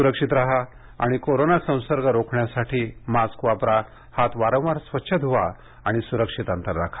सुरक्षित राहा आणि कोरोना संसर्ग रोखण्यासाठी मास्क वापरा हात वारंवार स्वच्छ धुवा आणि सुरक्षित अंतर राखा